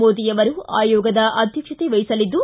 ಮೋದಿ ಅವರು ಆಯೋಗದ ಅಧ್ಯಕ್ಷತೆವಹಿಸಲಿದ್ದು